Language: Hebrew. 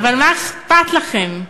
אבל מה אכפת לכם?